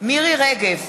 מירי רגב,